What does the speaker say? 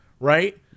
Right